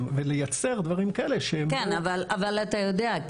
ולייצר דברים כאלה--- כן אבל אתה יודע,